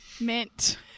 Mint